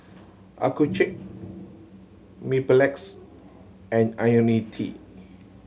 Accucheck Mepilex and Ionil T